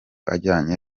ajyanye